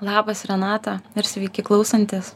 labas renata ir sveiki klausantis